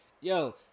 yo